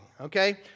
okay